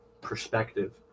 perspective